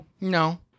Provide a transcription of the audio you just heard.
No